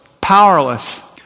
powerless